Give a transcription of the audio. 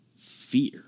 fear